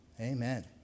Amen